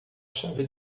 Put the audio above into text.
chave